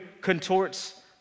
contorts